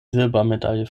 silbermedaille